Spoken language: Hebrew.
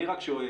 אני רק שואל,